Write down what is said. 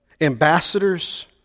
ambassadors